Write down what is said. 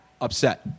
Upset